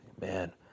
man